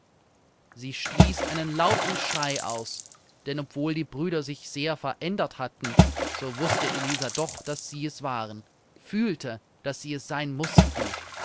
sie stieß einen lauten schrei aus denn obwohl die brüder sich sehr verändert hatten so wußte elisa doch daß sie es waren fühlte daß sie es sein mußten